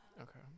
okay